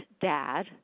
Dad